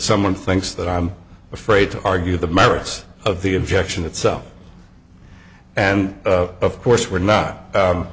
someone thinks that i'm afraid to argue the merits of the objection itself and of course we're not